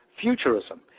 futurism